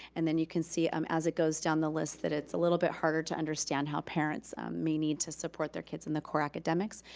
and then you can see, um as it goes down the list, that it's a little bit harder to understand how parents may need to support their kids in the core academics,